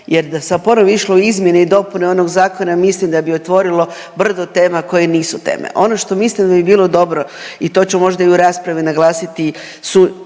jer da se ponovno išlo u izmjene i dopune onog zakona mislim da bi otvorilo brdo tema koje nisu teme. Ono što mislim da bi bilo dobro i to ću možda i u raspravi naglasiti,